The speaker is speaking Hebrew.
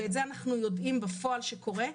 ואנחנו יודעים שזה משהו שקורה בפועל,